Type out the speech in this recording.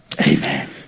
Amen